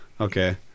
okay